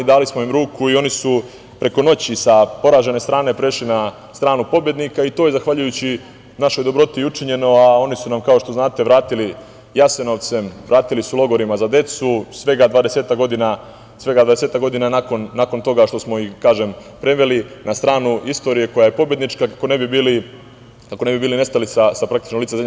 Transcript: Dali smo im ruku i oni su preko noći sa poražene strane prešli na stranu pobednika, i to je zahvaljujući našoj dobroti učinjeno, a oni su nam, kao što znate, vratili Jasenovcem, vratili su logorima za decu svega 20-ak godina nakon toga što smo ih preveli na stranu istorije koja je pobednička, kako ne bi nestali sa praktično lica zemlje.